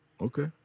Okay